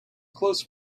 close